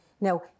Now